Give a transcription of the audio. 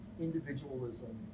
individualism